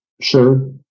Sure